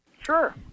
Sure